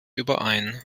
überein